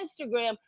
Instagram